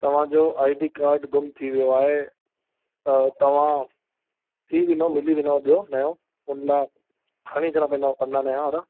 तव्हांजो I D card गुम थी वियो आहे त तव्हां थी वेंदो मिली वेंदुव ॿियों नओं हुन लाइ खणी अचिणा पईंदुव पना नवां वारा